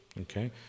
okay